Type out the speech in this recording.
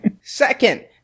Second